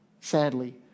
sadly